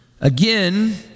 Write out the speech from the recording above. Again